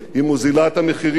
היא מוזילה את המחירים,